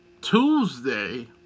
Tuesday